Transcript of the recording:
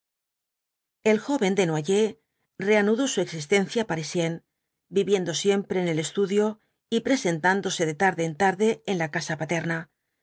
el joven desnoyers reanudó su existencia parisién viviendo siempre en el estudio y presentándose de tarde en tarde en la casa paterna